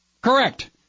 Correct